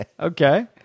Okay